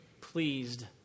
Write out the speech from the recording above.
pleased